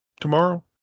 tomorrow